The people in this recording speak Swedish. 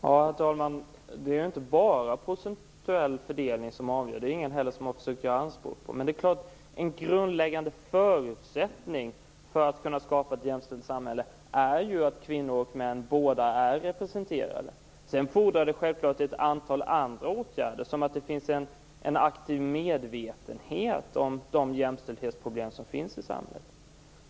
Herr talman! Det är inte bara den procentuella fördelningen som är avgörande, vilket ingen heller försökt att göra gällande. Men det är klart att en grundläggande förutsättning för att kunna skapa ett jämställt samhälle är ju att både kvinnor och män är representerade. Sedan fordrar det självfallet ett antal andra åtgärder, som att det finns en aktiv medvetenhet om de jämställdhetsproblem som finns i samhället.